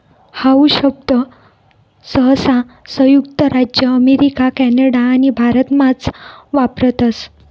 how शब्द सहसा संयुक्त राज्य अमेरिका कॅनडा आणि भारतमाच वापरतस